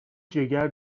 جگر